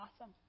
awesome